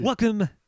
Welcome